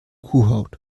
kuhhaut